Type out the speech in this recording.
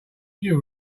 you